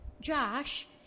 Josh